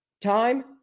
time